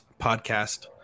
podcast